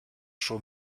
schon